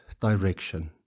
direction